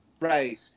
Right